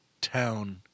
town